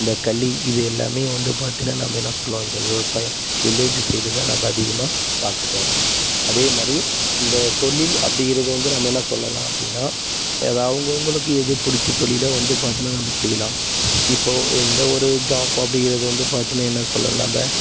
இந்த களி இது எல்லாமே வந்து பார்த்தீன்னா நம்ம என்ன சொல்லுவோம் இந்த விவசாயம் வில்லேஜு சைடு தான் நம்ம அதிகமாக பார்க்கப் போகிறோம் அதே மாதிரி இந்த தொழில் அப்படிங்கிறது வந்து நம்ம என்ன சொல்லலாம் அப்படின்னா அது அவுங்கவங்களுக்கு எது பிடிச்ச தொழிலோ வந்து பார்த்தீன்னா நம்ம செய்யலாம் இப்போது எந்த ஒரு ஜாப் அப்படிங்கிறத வந்து பார்த்தீன்னா என்ன சொல்லலாம் நம்பம